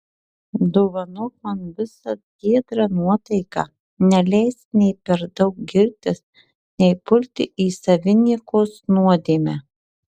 dovanok man visad giedrą nuotaiką neleisk nei per daug girtis nei pulti į saviniekos nuodėmę